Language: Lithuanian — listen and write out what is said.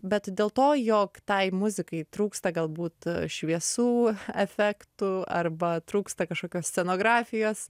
bet dėl to jog tai muzikai trūksta galbūt šviesų efektų arba trūksta kažkokios scenografijos